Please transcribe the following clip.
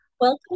Welcome